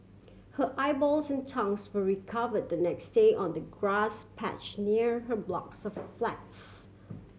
her eyeballs and tongues were recover the next day on the grass patch near her blocks of flats